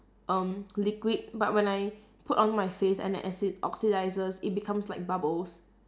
um liquid but when I put on my face and it acci~ oxides it becomes like bubbles